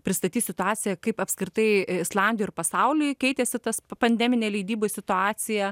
pristatys situaciją kaip apskritai islandijoj ir pasauly keitėsi tas pandeminė leidyboj situacija